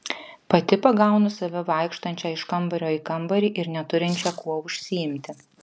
pati pagaunu save vaikštančią iš kambario į kambarį ir neturinčią kuo užsiimti